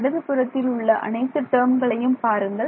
இடது புறத்தில் உள்ள அனைத்து டேர்ம்களையும் பாருங்கள்